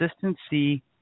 consistency